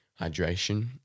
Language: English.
hydration